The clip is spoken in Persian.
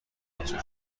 منتشر